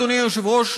אדוני היושב-ראש,